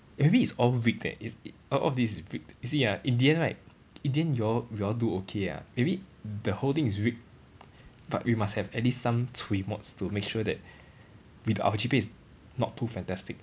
maybe it's all rigged eh it's it all of this is rigged you see ah in the end right in the end you all you all do okay ah maybe the whole thing is rigged but we must have at least some cui mods to make sure that we our G_P_A is not too fantastic